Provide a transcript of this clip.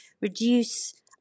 reduce